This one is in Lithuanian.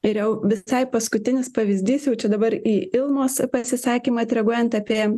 ir jau visai paskutinis pavyzdys jau čia dabar į ilmos pasisakymą atreaguojant apie